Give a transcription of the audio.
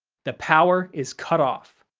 the power is cut off.